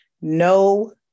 no